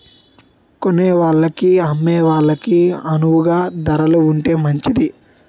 కొనేవాళ్ళకి అమ్మే వాళ్ళకి అణువుగా ధరలు ఉంటే మంచిది